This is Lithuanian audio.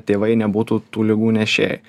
tėvai nebūtų tų ligų nešėjai